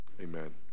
amen